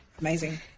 amazing